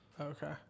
Okay